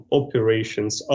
operations